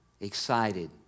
excited